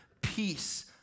peace